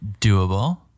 doable